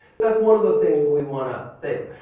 that's one of the things that we want to say.